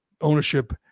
ownership